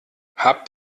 habt